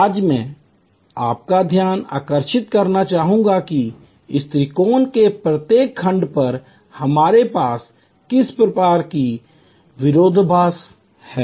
आज मैं आपका ध्यान आकर्षित करना चाहूंगा कि इस त्रिभुज के प्रत्येक खंड पर हमारे पास किसी प्रकार का विरोधाभास है